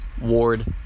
Ward